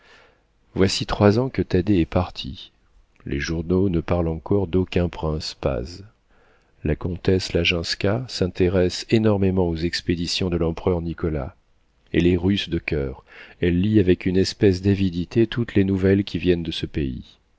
voici trois ans que thaddée est parti les journaux ne parlent encore d'aucun prince paz la comtesse laginska s'intéresse énormément aux expéditions de l'empereur nicolas elle est russe de coeur elle lit avec une espèce d'avidité toutes les nouvelles qui viennent de ce pays